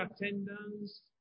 attendance